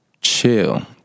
chill